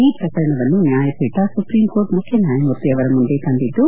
ಈ ಪ್ರಕರಣವನ್ನು ನ್ಯಾಯಪೀಠ ಸುಪ್ರೀಂ ಕೋರ್ಟ್ ಮುಖ್ಯ ನ್ಯಾಯಮೂರ್ತಿ ಅವರ ಮುಂದೆ ತಂದಿದ್ದು